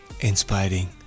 inspiring